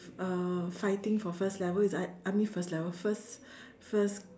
uh fighting for first level is I I mean first level first first